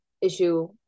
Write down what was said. issue